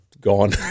gone